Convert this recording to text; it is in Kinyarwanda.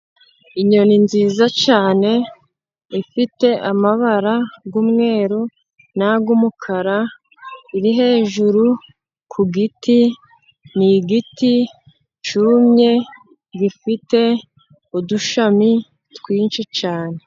Inyoni nziza cyane ifite amabara y'umweru n'ay'umukara, iri hejuru ku giti, ni igiti cyumye gifite udushami twinshi cyane.